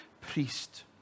priest